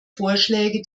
vorschläge